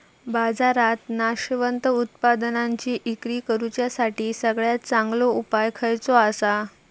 बाजारात नाशवंत उत्पादनांची इक्री करुच्यासाठी सगळ्यात चांगलो उपाय खयचो आसा?